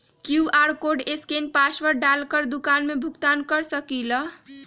QR code scan password डाल कर दुकान में भुगतान कर सकलीहल?